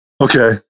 okay